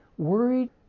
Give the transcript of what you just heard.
worried